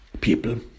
people